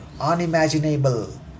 unimaginable